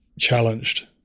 challenged